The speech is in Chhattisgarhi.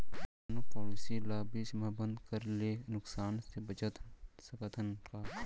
कोनो पॉलिसी ला बीच मा बंद करे ले नुकसान से बचत सकत हन का?